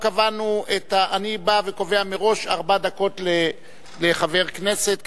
אני בא וקובע מראש ארבע דקות לחבר כנסת,